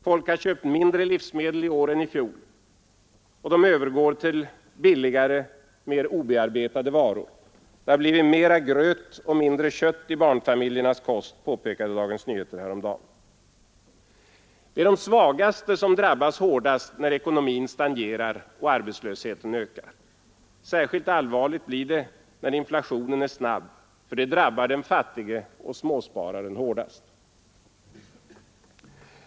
Folk har köpt mindre livsmedel i år än i fjol, och de övergår till billigare, mer obearbetade varor. Det har blivit mera gröt och mindre kött i barnfamiljernas kost, påpekade Dagens Nyheter häromdagen. Det är de svagaste som drabbas hårdast när ekonomin stagnerar och arbetslösheten ökar. Särskilt allvarligt blir det när inflationen är snabb. Det drabbar den fattige och småspararen hårdast.